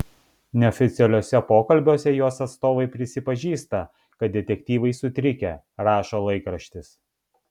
neoficialiuose pokalbiuose jos atstovai prisipažįsta kad detektyvai sutrikę rašo laikraštis